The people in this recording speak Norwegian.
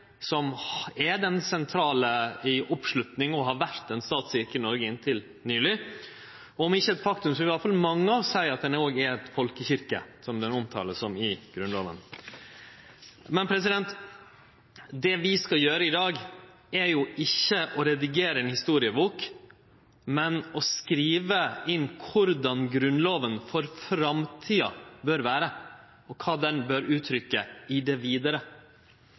som er den sentrale i oppslutnad og har vore statskyrkje i Noreg inntil nyleg. Om det ikkje er eit faktum, vil i alle fall mange av oss seie at ho også er ei folkekyrkje, som ho vert omtalt som i Grunnlova. Det vi skal gjere i dag, er ikkje å redigere ei historiebok, men å skrive inn korleis Grunnlova for framtida bør vere, kva ho bør uttrykkje vidare.